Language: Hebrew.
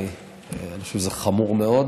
אני חושב שזה חמור מאוד,